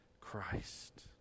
Christ